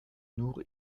nur